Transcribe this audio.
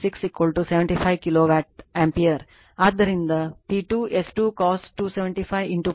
ಆದ್ದರಿಂದ P 2 S 2 cos 2 75 0